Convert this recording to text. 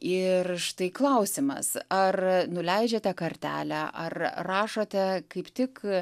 ir štai klausimas ar nuleidžiate kartelę ar rašote kaip tik